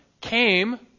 came